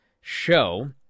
show